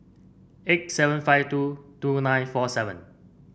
eight seven five two two nine four seven